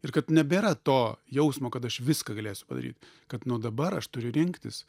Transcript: ir kad nebėra to jausmo kad aš viską galėsiu padaryt kad nuo dabar aš turiu rinktis